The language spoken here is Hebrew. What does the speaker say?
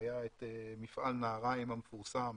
והיה את מפעל נהריים המפורסם